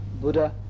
Buddha